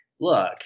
look